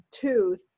tooth